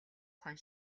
хонь